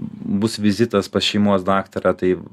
bus vizitas pas šeimos daktarą tai